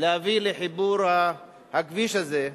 להביא לחיבור הכביש הזה.